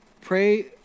Pray